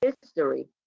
history